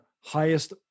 highest